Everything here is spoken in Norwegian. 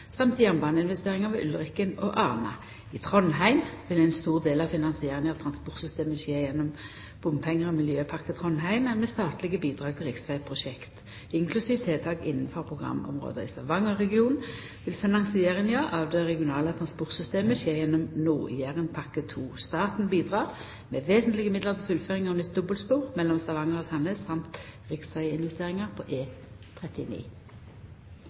jernbaneinvesteringar ved Ulriken og Arna. I Trondheim vil ein stor del av finansieringa av transportsystemet skje gjennom bompengar i Miljøpakke Trondheim, men med statlege bidrag til riksvegprosjekt, inklusiv tiltak innanfor programområda. I Stavanger-regionen vil finansieringa av det regionale transportsystemet skje gjennom Nord-Jærenpakke 2. Staten bidreg med vesentlege midlar til fullføring av nytt dobbeltspor mellom Stavanger og Sandnes og med riksveginvesteringar på